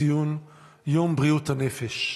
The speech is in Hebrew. ציון יום בריאות הנפש.